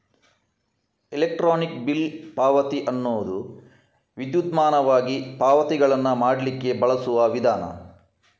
electronic bill ಪಾವತಿ ಅನ್ನುದು ವಿದ್ಯುನ್ಮಾನವಾಗಿ ಪಾವತಿಗಳನ್ನ ಮಾಡ್ಲಿಕ್ಕೆ ಬಳಸುವ ವಿಧಾನ